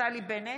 נפתלי בנט,